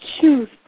choose